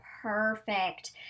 Perfect